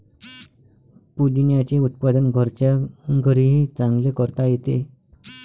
पुदिन्याचे उत्पादन घरच्या घरीही चांगले करता येते